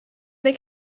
they